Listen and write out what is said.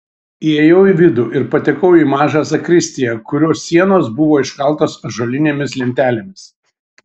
įėjau į vidų ir patekau į mažą zakristiją kurios sienos buvo iškaltos ąžuolinėmis lentelėmis